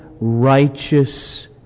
righteous